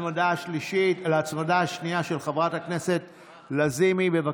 הצעת החוק של חברת הכנסת לזימי ורם שפע.